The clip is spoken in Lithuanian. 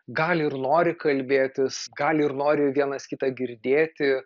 gali ir nori kalbėtis gali ir nori vienas kitą girdėti